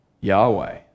Yahweh